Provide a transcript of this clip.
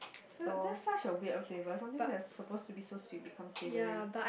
the that's such a weird flavour something that's supposed to be so sweet become savoury